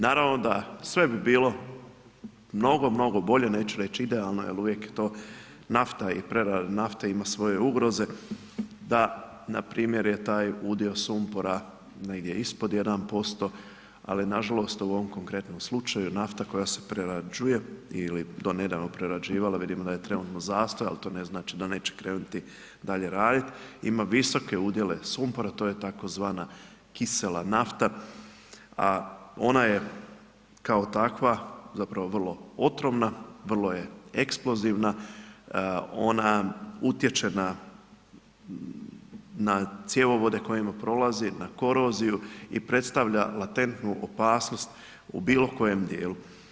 Naravno da sve bi bilo mnogo, mnogo bolje, neću reći idealno jer uvijek to nafta i prerada nafte ima svoje ugroze da npr. je taj udio sumpora negdje ispod 1% ali nažalost u ovom konkretnom slučaju nafta koja se prerađuje ili do nedavno prerađivala, vidimo da je trenutno zastoj ali to ne znači da neće krenuti dalje raditi ima visoke udjele sumpora to je tzv. kisela nafta a ona je kao takva zapravo vrlo otrovna, vrlo je eksplozivna, ona utječe na cjevovode kojima prolazi, na koroziju i predstavlja latentnu opasnost u bilo kojem dijelu.